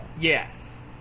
Yes